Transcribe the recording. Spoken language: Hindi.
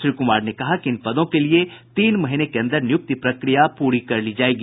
श्री कुमार ने कहा कि इन पदों के लिए तीन महीने के अंदर नियुक्ति प्रक्रिया पूरी कर ली जायेगी